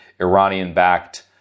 Iranian-backed